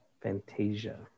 Fantasia